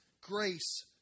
grace